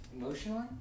Emotionally